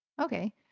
Okay